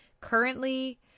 currently